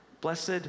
blessed